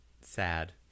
sad